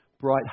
bright